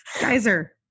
Geyser